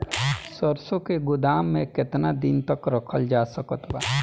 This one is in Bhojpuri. सरसों के गोदाम में केतना दिन तक रखल जा सकत बा?